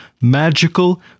magical